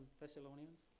Thessalonians